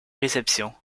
réception